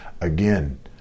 again